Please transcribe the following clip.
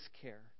care